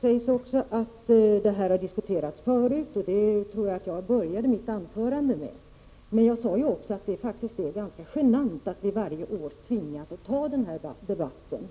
sägs att det här har diskuterats förut. Jag tror att jag började mitt an förande med att säga det, men jag sade också att det faktiskt är ganska genant att vi varje år tvingas föra den här debatten.